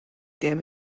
damn